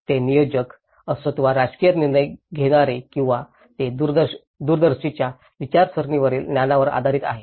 ते नियोजक असोत वा राजकीय निर्णय घेणारे किंवा ते दूरदर्शींच्या विचारसरणीवरील ज्ञानावर आधारित आहेत